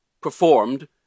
performed